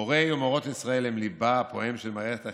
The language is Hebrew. מורי ומורות ישראל הם ליבה הפועם של מערכת החינוך.